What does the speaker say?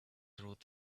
through